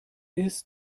ist